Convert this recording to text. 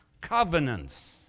covenants